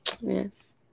Yes